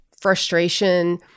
frustration